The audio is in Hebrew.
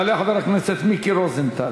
יעלה חבר הכנסת מיקי רוזנטל,